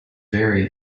vary